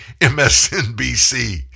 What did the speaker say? MSNBC